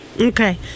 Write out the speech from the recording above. Okay